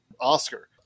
Oscar